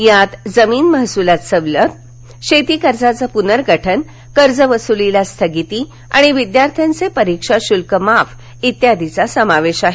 त्यात जमीन महसुलात सवलत शेती कर्जाचं पुनर्गठन कर्ज वसुलीला स्थगिती आणि विद्यार्थ्यांचे परीक्षा शुल्क माफ आदींचा समावेश आहे